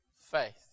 faith